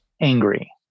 angry